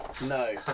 No